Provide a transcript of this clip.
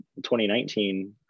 2019